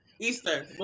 Easter